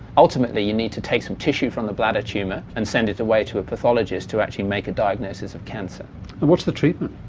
ultimately you need to take some tissue from the bladder tumour and send it away to a pathologist to actually make a diagnosis of cancer. and what's the treatment?